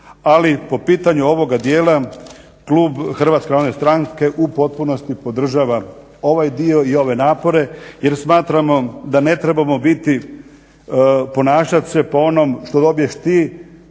ali po pitanju ovoga dijela klub HNS u potpunosti podržava ovaj dio i ove napore jer smatramo da ne trebamo biti, ponašat se po onom što dobiješ ti,